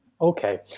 Okay